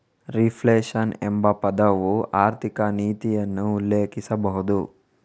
reflation ಎಂಬ ಪದವು ಆರ್ಥಿಕ ನೀತಿಯನ್ನು ಉಲ್ಲೇಖಿಸಬಹುದು